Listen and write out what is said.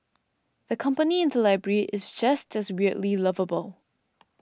the company in the library is just as weirdly lovable